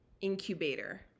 incubator